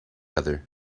other